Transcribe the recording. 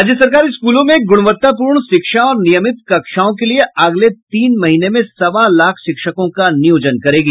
राज्य सरकार स्कूलों में गुणवत्तापूर्ण शिक्षा और नियमित कक्षाओं के लिये अगले तीन महीने में सवा लाख शिक्षकों का नियोजन करेगी